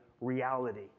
reality